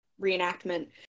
reenactment